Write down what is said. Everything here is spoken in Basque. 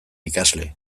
ikasle